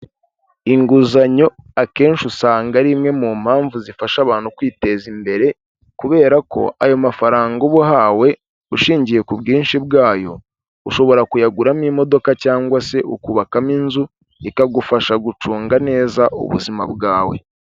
Inguzanyo akenshi usanga ari imwe mu mpamvu zifasha abantu kwiteza imbere, kubera ko ayo mafaranga uba uhawe ushingiye ku bwinshi bwayo, ushobora kuyaguramo imodoka cyangwa se ukubakamo inzu, ikagufasha gucunga neza ubuzima bwawe.